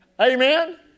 Amen